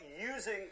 using